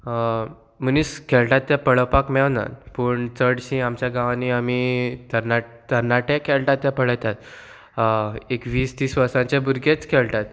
मनीस खेळटात ते पळोवपाक मेळनात पूण चडशीं आमच्या गांवांनी आमी तरणाटाटे खेळटात ते पळयतात एक वीस तीस वर्सांचे भुरगेच खेळटात